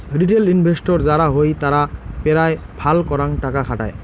retail investor যারা হই তারা পেরায় ফাল করাং টাকা খাটায়